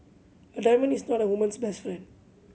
a diamond is not a woman's best friend